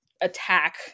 attack